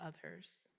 others